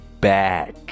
back